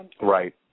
Right